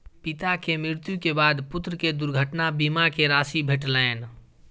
पिता के मृत्यु के बाद पुत्र के दुर्घटना बीमा के राशि भेटलैन